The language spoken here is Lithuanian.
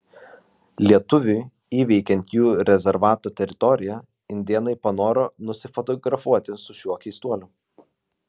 lietuviui įveikiant jų rezervato teritoriją indėnai panoro nusifotografuoti su šiuo keistuoliu